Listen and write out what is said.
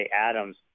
Adams